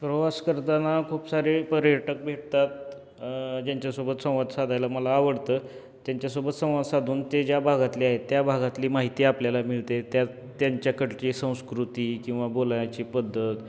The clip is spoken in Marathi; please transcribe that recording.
प्रवास करताना खूप सारे पर्यटक भेटतात ज्यांच्यासोबत संवाद साधायला मला आवडतं त्यांच्यासोबत संवाद साधून ते ज्या भागातले आहेत त्या भागातली माहिती आपल्याला मिळते त्या त्यांच्याकडची संस्कृती किंवा बोलाण्याची पद्धत